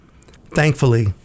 Thankfully